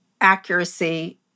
accuracy